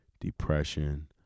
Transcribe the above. depression